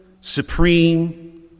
supreme